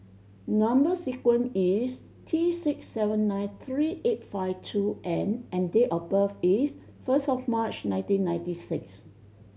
number sequence is T six seven nine three eight five two N and date of birth is first of March nineteen ninety six